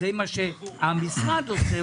אחרי מה שהמשרד עושה,